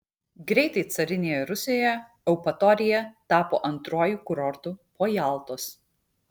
greitai carinėje rusijoje eupatorija tapo antruoju kurortu po jaltos